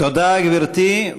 תודה, גברתי.